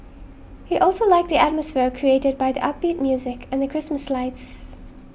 he also liked the atmosphere created by the upbeat music and the Christmas lights